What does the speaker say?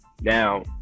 Now